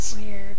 Weird